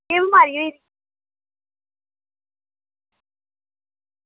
केह् बमारी होई